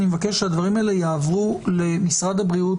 אני מבקש שהדברים האלה יעברו למשרד הבריאות